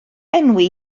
enwi